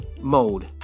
mode